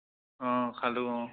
অ' খালোঁ অ'